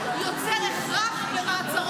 יוצר הכרח למעצרו של אדם,